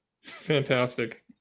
fantastic